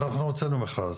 אנחנו הוצאנו מכרז,